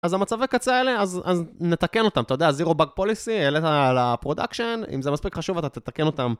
אז המצבי הקצה האלה, אז נתקן אותם, אתה יודע, זירו בג פוליסי, העלית על הפרודקשן, אם זה מספיק חשוב אתה תתקן אותם